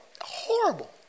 horrible